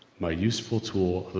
my useful tool.